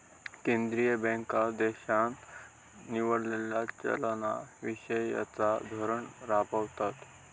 केंद्रीय बँका देशान निवडलेला चलना विषयिचा धोरण राबवतत